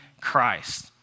Christ